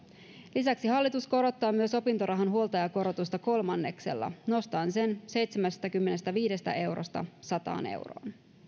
lisäksi hallitus korottaa myös opintorahan huoltajakorotusta kolmanneksella nostaen sen seitsemästäkymmenestäviidestä eurosta sataan euroon